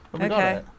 Okay